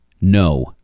no